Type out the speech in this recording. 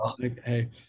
Hey